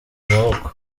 amaboko